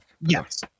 Yes